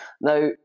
Now